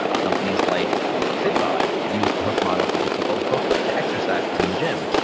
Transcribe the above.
ah companies like fitbod, used the hook model to get people hooked to exercising in the gym.